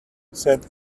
said